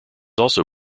also